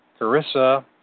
Carissa